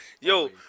Yo